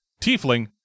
Tiefling